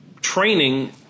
training